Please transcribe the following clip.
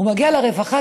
הוא מגיע לרווחה,